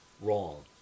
wrong